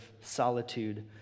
solitude